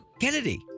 Kennedy